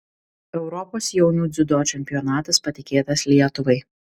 europos jaunių dziudo čempionatas patikėtas lietuvai